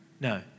No